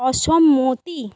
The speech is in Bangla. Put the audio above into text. অসম্মতি